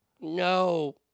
no